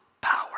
power